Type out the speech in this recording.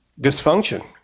dysfunction